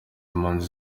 mpunzi